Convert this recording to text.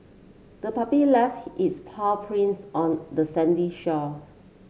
the puppy left its paw prints on the sandy shore